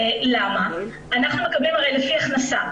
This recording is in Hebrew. אנחנו מקבלים הרי לפי הכנסה,